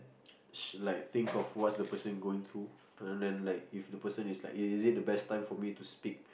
like think of what's the person going through like if the person is like is it the best time for me to speak